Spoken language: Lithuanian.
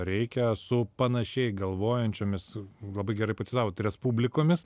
reikia su panašiai galvojančiomis labai gerai pacitavot respublikomis